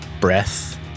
breath